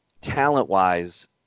talent-wise